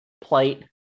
plate